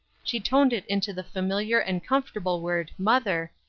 she toned it into the familiar and comfortable word mother,